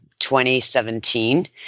2017